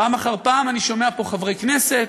פעם אחר פעם אני שומע פה חברי כנסת,